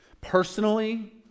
personally